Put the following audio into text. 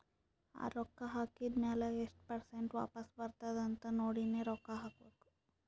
ರೊಕ್ಕಾ ಹಾಕಿದ್ ಮ್ಯಾಲ ಎಸ್ಟ್ ಪರ್ಸೆಂಟ್ ವಾಪಸ್ ಬರ್ತುದ್ ಅಂತ್ ನೋಡಿನೇ ರೊಕ್ಕಾ ಹಾಕಬೇಕ